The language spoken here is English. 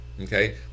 Okay